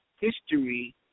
history